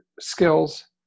skills